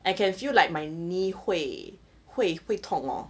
I can feel like my knee 会会会痛 orh